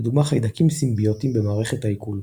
לדוגמה חיידקים סימביוטיים במערכת העיכול,